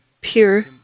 pure